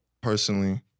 personally